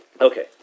Okay